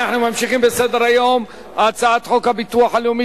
אנחנו ממשיכים בסדר-היום: הצעת חוק הביטוח הלאומי